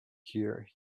here